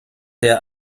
der